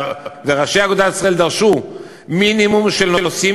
וראשי אגודת ישראל דרשו מינימום של נושאים